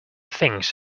things